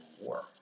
war